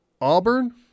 Auburn